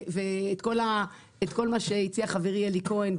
ואת כל מה שהציע חברי אלי כהן,